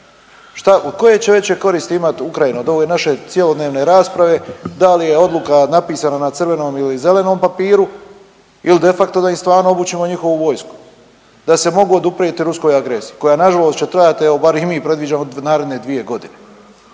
koje će veće koristi imat Ukrajina od ove naše cjelodnevne rasprave, da li je odluka napisana na crvenom ili zelenom papiru ili de facto da im stvarno obučimo njihovu vojsku da se mogu oduprijeti ruskoj agresiji koja nažalost će trajati evo bar ih mi predviđamo naredne 2 godine.